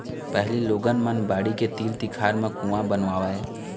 पहिली लोगन मन बाड़ी के तीर तिखार म कुँआ बनवावय